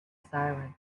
siren